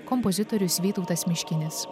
kompozitorius vytautas miškinis